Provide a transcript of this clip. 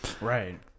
right